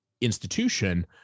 institution